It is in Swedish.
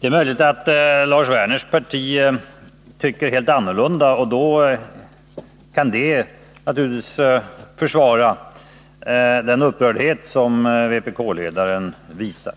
Det är möjligt att Lars Werners parti tycker helt annorlunda, och då kan det naturligtvis förklara den upprördhet som vpk-ledaren visar.